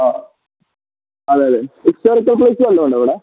ആ അതേ അതേ ഉണ്ടോ ഇവിടെ